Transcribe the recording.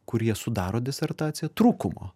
kurie sudaro disertaciją trūkumo